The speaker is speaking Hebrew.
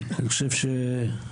אני חושב שאתה,